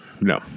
no